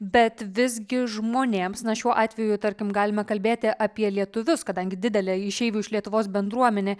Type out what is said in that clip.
bet visgi žmonėms na šiuo atveju tarkim galime kalbėti apie lietuvius kadangi didelė išeivių iš lietuvos bendruomenė